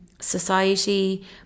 society